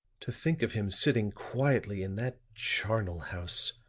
to think of him sitting quietly in that charnel house,